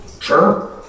Sure